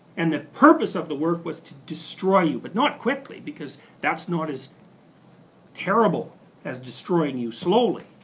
and the purpose of the work was to destroy you, but not quickly because that's not as terrible as destroying you slowly.